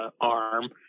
arm